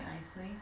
nicely